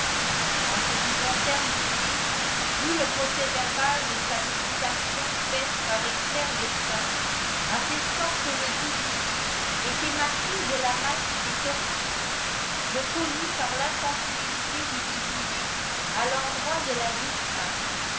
en ce qui concerne boullé vu le procès-verbal de sa visitation faite par experts médecins attestant que ledit boullé était marqué de la marque des sorciers reconnue par l'insensibilité dudit boullé b l'endroft de ladite